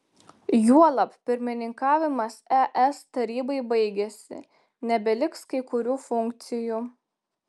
juolab pirmininkavimas es tarybai baigėsi nebeliks kai kurių funkcijų